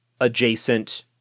adjacent